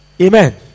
Amen